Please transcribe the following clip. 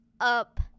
up